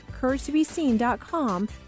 CourageToBeSeen.com